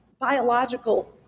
biological